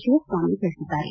ಶಿವಸ್ವಾಮಿ ತಿಳಿಸಿದ್ದಾರೆ